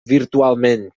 virtualment